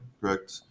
correct